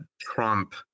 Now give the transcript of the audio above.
Trump